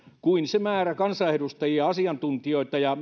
kuin se määrä kansanedustajia asiantuntijoita ja